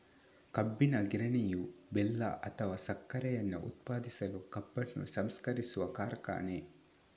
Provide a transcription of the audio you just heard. ಕಬ್ಬಿನ ಗಿರಣಿಯು ಬೆಲ್ಲ ಅಥವಾ ಸಕ್ಕರೆಯನ್ನ ಉತ್ಪಾದಿಸಲು ಕಬ್ಬನ್ನು ಸಂಸ್ಕರಿಸುವ ಕಾರ್ಖಾನೆ